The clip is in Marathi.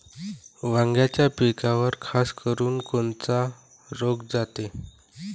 वांग्याच्या पिकावर खासकरुन कोनचा रोग जाते?